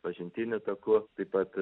pažintiniu taku taip pat